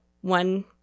one